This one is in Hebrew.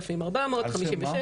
3,456--- על שם מה?